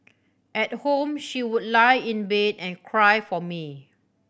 at home she would lie in bed and cry for me